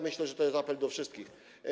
Myślę, że to jest apel do wszystkich.